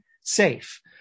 safe